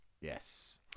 Yes